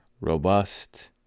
robust